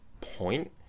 point